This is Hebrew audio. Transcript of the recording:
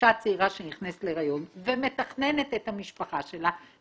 אישה צעירה שנכנסת להריון ומתכננת את המשפחה שלה,